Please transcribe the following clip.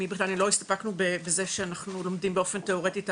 לא הסתפקנו בזה שאנחנו לומדים באופן תיאורטי,